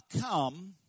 come